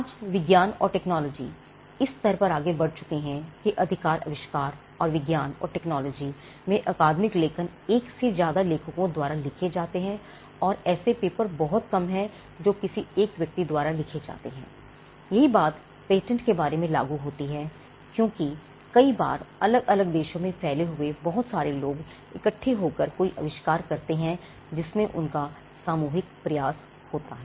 आज विज्ञान और टेक्नोलॉजी इस स्तर तक आगे बढ़ चुके हैं कि अधिकतर अविष्कार और विज्ञान और टेक्नोलॉजी में अकादमिक लेखन एक से ज्यादा लेखकों द्वारा लिखे जाते हैं और ऐसे पेपर बहुत कम है जो किसी एक व्यक्ति द्वारा लिखे जाते हैं यही बात पेटेंट के बारे में भी लागू होती है क्योंकि कई बार अलग अलग देशों में फैले हुए बहुत सारे लोग इकट्ठे होकर कोई अविष्कार करते हैं जिसमें उनका सामूहिक प्रयास होता है